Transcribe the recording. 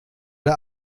der